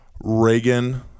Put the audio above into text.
Reagan